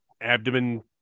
abdomen